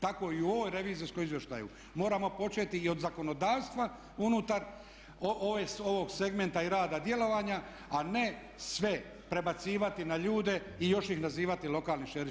Tako i u ovom revizorskom izvještaju moramo početi i od zakonodavstva unutar ovog segmenta i rada djelovanja, a ne sve prebacivati na ljude i još ih nazivati lokalnim šerifima.